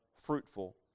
fruitful